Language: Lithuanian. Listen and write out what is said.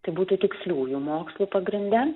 tai būtų tiksliųjų mokslų pagrinde